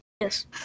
Yes